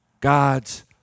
God's